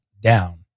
down